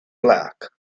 black